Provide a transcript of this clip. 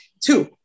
two